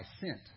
sent